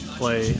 play